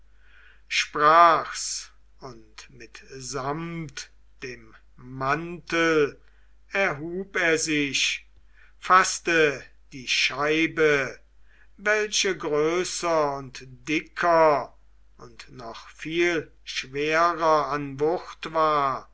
sprach's und mitsamt dem mantel erhub er sich faßte die scheibe welche größer und dicker und noch viel schwerer an wucht war